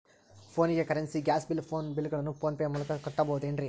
ಫೋನಿಗೆ currency, gas bill, phone bill ಗಳನ್ನು PhonePe ಮೂಲಕ ಕಟ್ಟಬಹುದೇನ್ರಿ?